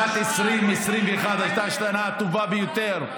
שנת 2021 הייתה שנה טובה ביותר,